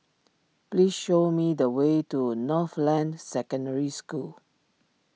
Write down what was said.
please show me the way to Northland Secondary School